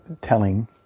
telling